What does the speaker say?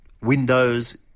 Windows